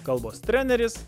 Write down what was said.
kalbos treneris